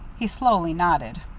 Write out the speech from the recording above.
he slowly nodded.